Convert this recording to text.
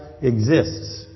exists